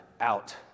out